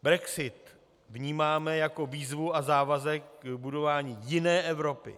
Brexit vnímáme jako výzvu a závazek k budování jiné Evropy.